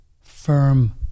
firm